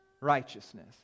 righteousness